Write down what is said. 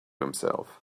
himself